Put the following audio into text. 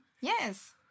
Yes